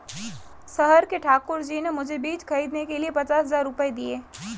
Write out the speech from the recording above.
शहर के ठाकुर जी ने मुझे बीज खरीदने के लिए पचास हज़ार रूपये दिए